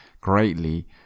greatly